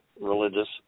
religious